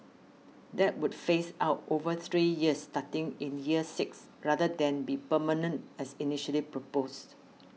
that would phase out over three years starting in year six rather than be permanent as initially proposed